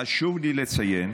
חשוב לי לציין